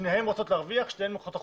שתיהן רוצות להרוויח ושתיהן לוקחות אחוזים.